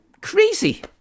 crazy